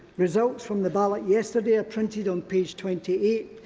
results from the ballot yesterday are printed on page twenty eight.